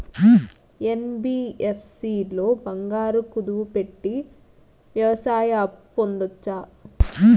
NBFC లో బంగారం కుదువు పెట్టి వ్యవసాయ అప్పు పొందొచ్చా?